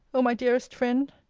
o my dearest friend